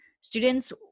students